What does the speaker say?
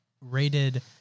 rated